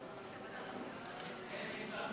התשע"ד